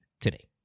Today